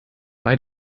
bei